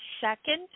second